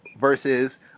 versus